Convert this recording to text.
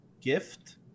gift